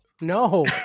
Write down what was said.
no